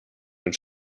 mit